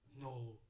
No